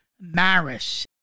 Maris